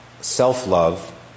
self-love